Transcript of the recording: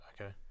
okay